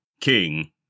King